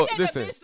listen